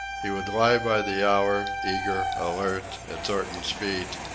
he would lie by the hour, eager, alert, at thornton's feet,